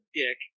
dick